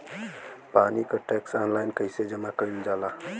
पानी क tax online कईसे जमा कईल जाला?